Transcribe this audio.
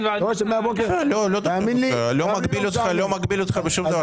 אני לא מגביל אותך בשום דבר.